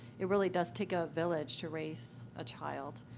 it really does take a village to raise a child,